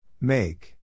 Make